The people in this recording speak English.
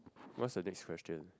what's the next question